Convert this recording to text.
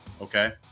okay